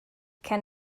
can